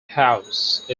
house